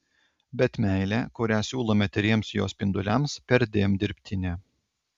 bet meilė kurią siūlome tyriems jo spinduliams perdėm dirbtinė